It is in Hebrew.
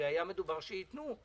הרי היה מדובר שייתנו.